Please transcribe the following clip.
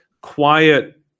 quiet